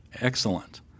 Excellent